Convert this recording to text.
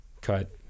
cut